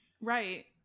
Right